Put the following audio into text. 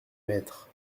maîtres